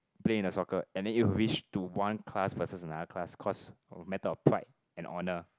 play in the soccer and then it will reach to one class versus another class cause a matter of pride and honour